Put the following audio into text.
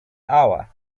hour